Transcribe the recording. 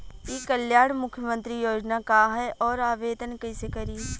ई कल्याण मुख्यमंत्री योजना का है और आवेदन कईसे करी?